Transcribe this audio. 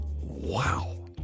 wow